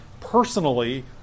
personally